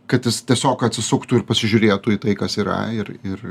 kad jis tiesiog atsisuktų ir pasižiūrėtų į tai kas yra ir ir